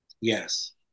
Yes